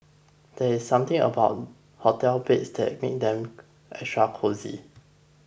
there is something about hotel beds that makes them extra cosy